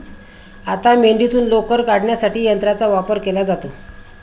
आता मेंढीतून लोकर काढण्यासाठी यंत्राचा वापर केला जातो